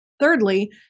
Thirdly